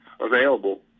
available